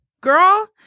Girl